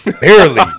Barely